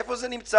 איפה זה נמצא?